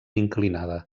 inclinada